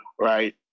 right